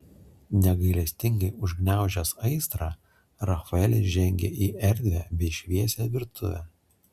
negailestingai užgniaužęs aistrą rafaelis žengė į erdvią bei šviesią virtuvę